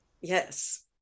Yes